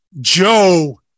joe